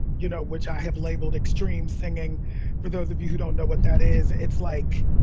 you know, which i have labeled extreme singing for those of you who don't know what that is. it's like.